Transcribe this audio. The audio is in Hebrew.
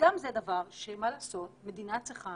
וגם זה דבר שמה לעשות מדינה צריכה